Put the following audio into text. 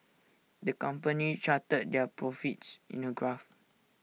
the company charted their profits in A graph